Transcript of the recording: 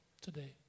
today